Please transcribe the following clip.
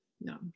No